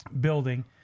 building